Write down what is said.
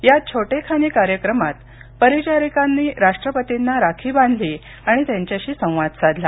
या छोटेखानी कार्यक्रमात परिचारिकांनी राष्ट्रपतींना राखी बांधली आणि त्यांच्याशी संवाद साधला